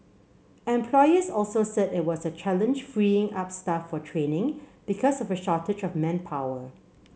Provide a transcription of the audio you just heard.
employers also said it was a challenge freeing up staff for training because of a shortage of manpower